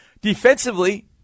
Defensively